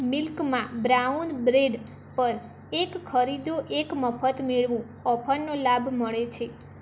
મિલ્કમાં brown bread પર એક ખરીદો એક મફત મેળવો ઓફરનો લાભ મળે છે